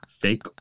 Fake